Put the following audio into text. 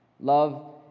Love